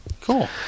Cool